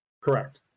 Correct